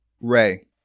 Ray